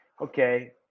okay